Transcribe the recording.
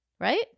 right